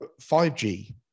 5G